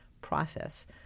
process